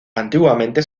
antiguamente